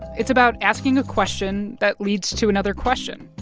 it's about asking a question that leads to another question.